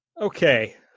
Okay